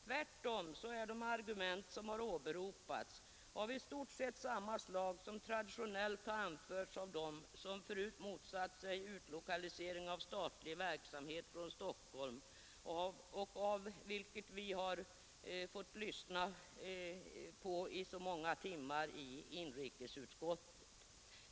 Tvärtom är de argument som har åberopats av i stort sett samma slag som traditionellt har anförts av dem som förut motsatt sig utlokalisering av statlig verksamhet från Stockholm — argument som vi har fått lyssna på i så många timmar i inrikesutskottet.